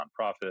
nonprofit